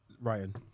Ryan